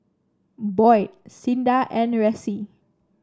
Boyd Cinda and Ressie